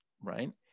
right